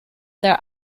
their